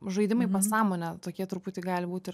žaidimai pasąmone tokie truputį gali būt ir